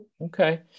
Okay